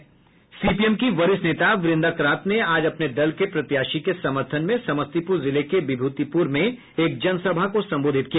CPM की वरिष्ठ नेता वृदा करात ने आज अपने दल के प्रत्याशी के समर्थन में समस्तीपुर जिले के विभूतिपुर में एक जनसभा को संबोधित किया